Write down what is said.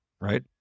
right